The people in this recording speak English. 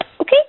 Okay